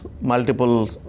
multiple